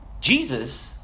Jesus